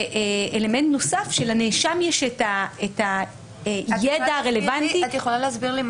אלמנט נוסף הוא שלנאשם יש את הידע הרלוונטי --- את יכולה להסביר לי?